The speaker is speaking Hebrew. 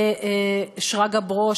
לשרגא ברוש,